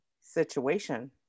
situation